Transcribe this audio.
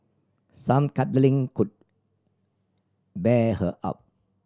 some cuddling could beer her up